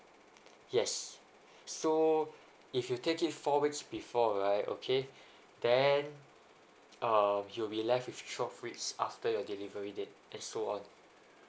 yes so if you take it for weeks before right okay then um you'll be left with twelve weeks after the delivery date and so on